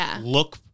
look